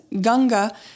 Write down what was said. Ganga